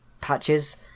patches